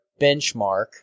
benchmark